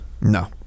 No